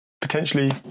potentially